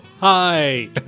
hi